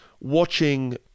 watching